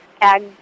ag